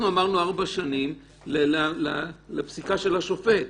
אנחנו אמרנו 4 שנים לפסיקה של השופט,